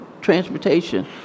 transportation